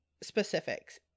specifics